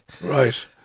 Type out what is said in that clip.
Right